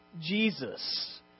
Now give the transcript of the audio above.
Jesus